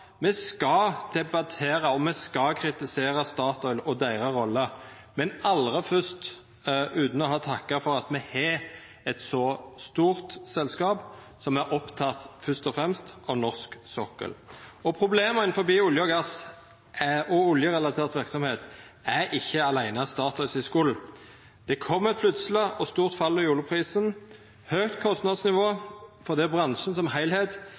me skal debattera og kritisera Statoil og deira rolle, men aldri utan fyrst å ha takka for at me har eit så stort selskap som fyrst og fremst er oppteke av norsk sokkel. Og problema innanfor olje og gass og oljerelatert verksemd er ikkje aleine Statoil si skyld. Det kom eit plutseleg og stort fall i oljeprisen, det er eit høgt kostnadsnivå fordi bransjen som